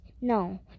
No